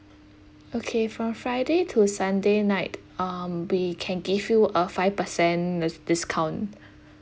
okay from friday to sunday night um we can give you a five percent with discount